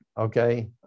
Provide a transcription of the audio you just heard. okay